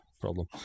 problem